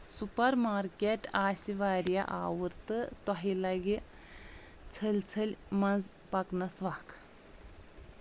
super market آسہِ وارِیاہ آوُر تہٕ تۄہہِ لگہِ ژھٔلۍ ژھٔلۍ منٛز پكنس وکھ